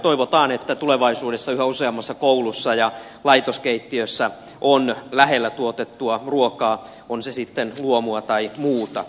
toivotaan että tulevaisuudessa yhä useammassa koulussa ja laitoskeittiössä on lähellä tuotettua ruokaa on se sitten luomua tai muuta